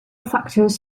factors